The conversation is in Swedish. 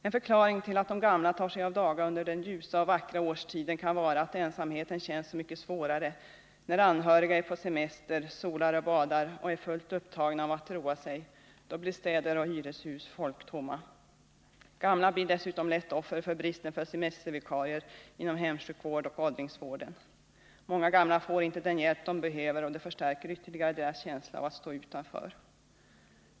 En förklaring till att de gamla tar sig av daga under den ljusa och vackra årstiden kan vara att ensamheten känns så mycket svårare när anhöriga är på semester, solar och badar och är fullt upptagna av att roa sig. Då blir städer och hyreshus folktomma. Gamla blir dessutom lätt offer för bristen på semestervikarier inom hemsjukvården och åldringsvården. Många gamla får tärker ytterligare deras känsla av att inte den hjälp de behöver, och det fö stå utanför.